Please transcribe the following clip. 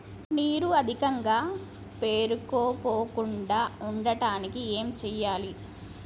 నీరు అధికంగా పేరుకుపోకుండా ఉండటానికి ఏం చేయాలి?